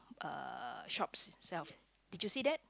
uh shops shelf did you see that